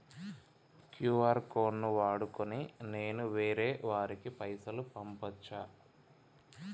QR code ను వాడుకొని నేను వేరే వారికి పైసలు పంపచ్చా?